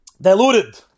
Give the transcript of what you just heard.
Diluted